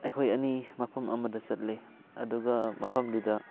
ꯑꯩꯈꯣꯏ ꯑꯅꯤ ꯃꯐꯝ ꯑꯃꯗ ꯆꯠꯂꯤ ꯑꯗꯨꯒ ꯃꯐꯝꯗꯨꯗ